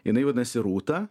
jinai vadinasi rūta